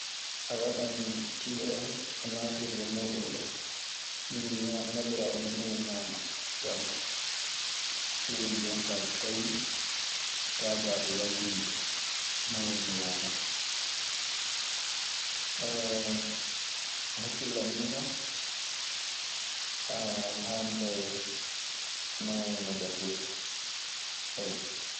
A waɗan kile oo e naatirde muuɗum ɗoo; humm ñaa- naɓiraa ɗum junngo ñaamo yaltan. Ɗun woni jon kaa so tawii a kaajaaɗo yaltinde. Non woni no yaarata.